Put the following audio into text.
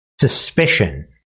suspicion